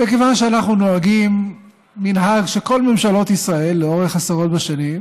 וכיוון שאנחנו נוהגים מנהג שכל ממשלות ישראל לאורך עשרות שנים